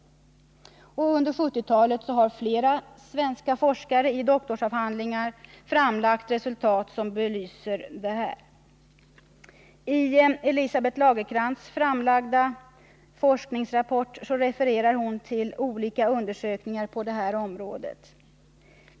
Under 1970-talet har flera svenska forskare i doktorsavhandlingar framlagt resultat som belyser detta. I Elisabeth Lagercrantz forskningsrapport refererar hon till olika undersökningar på detta område.